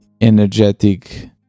energetic